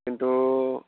खिन्थु